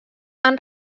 han